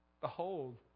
behold